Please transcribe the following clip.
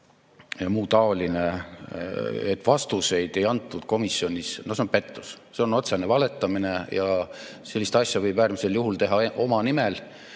ja nii edasi, et vastuseid ei antud komisjonis – no see on pettus, see on otsene valetamine. Sellist asja võib äärmisel juhul teha oma nimel,